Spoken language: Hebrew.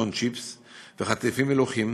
כגון צ'יפס וחטיפים מלוחים.